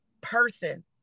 person